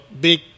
big